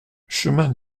chemin